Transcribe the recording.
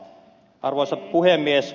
arvoisa puhemies